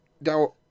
Now